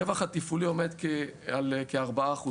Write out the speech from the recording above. הרווח התפעולי עומד על כ-4%